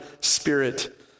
Spirit